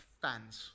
fans